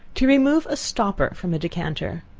to remove a stopper from a decanter.